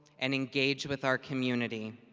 and engage with our community.